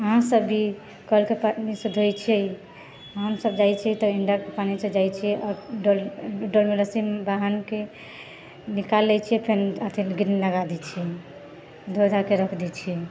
अहाँसब भी कलके पानीसँ धोइ छिए हमसब जाइ छिए तऽ इण्डकके पानीसँ जाइ छिए आओर डोलमे रस्सी बान्हिकऽ निकालि लै छिए फेर अथीमे गिन्नी लगा दै छिए धो धाकऽ रखि दै छिए